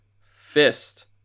Fist